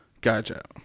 Gotcha